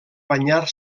banyar